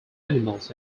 animals